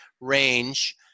range